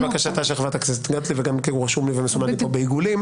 לבקשתה של חבר הכנסת גוטליב וגם כן הוא רשום לו וסימנתי אותו בעיגולים,